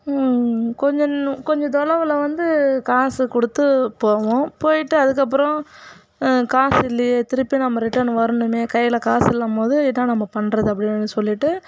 கொஞ்சோன்லு கொஞ்சம் தொலைவுல வந்து காசு கொடுத்து போவோம் போய்விட்டு அதுக்கப்புறம் காசு இல்லையே திருப்பி நம்ம ரிட்டர்ன் வரணுமே கையில் காசு இல்லைனும் போது என்ன நம்ம பண்ணுறது அப்படின்னு சொல்லிட்டு